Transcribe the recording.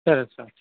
సరే సార్